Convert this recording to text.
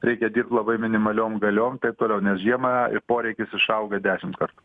reikia dirbt labai minimaliom galiom taip toliau nes žiemą ir poreikis išauga dešimt kartų